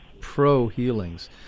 pro-healings